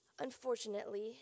Unfortunately